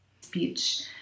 speech